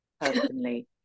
personally